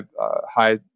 high